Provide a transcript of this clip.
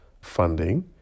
funding